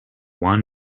one